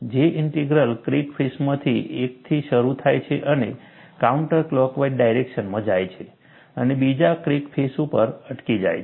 J integral crack ફેસમાંથી એકથી શરૂ થાય છે અને કાઉન્ટર ક્લોકવાઇઝ ડાયરેક્શનમાં જાય છે અને બીજા ક્રેક ફેસ ઉપર અટકી જાય છે